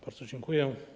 Bardzo dziękuję!